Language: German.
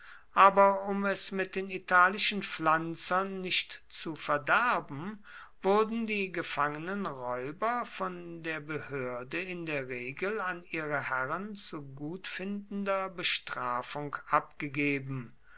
aber um es mit den italischen pflanzern nicht zu verderben wurden die gefangenen räuber von der behörde in der regel an ihre herren zu gutfindender bestrafung abgegeben